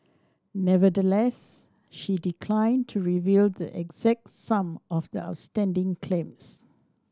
nevertheless she declined to reveal the exact sum of the outstanding claims